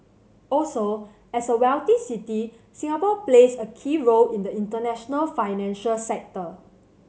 also as a wealthy city Singapore plays a key role in the international financial sector